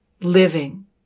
living